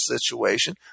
situation